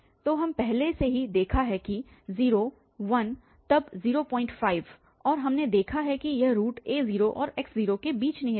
तो हम पहले से ही देखा है कि 0 1 तब 05 और हमने देखा है कि यह रूट a0और x0 के बीच निहित है